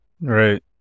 Right